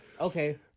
Okay